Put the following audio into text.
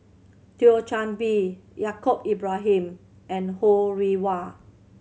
Thio Chan Bee Yaacob Ibrahim and Ho Rih Hwa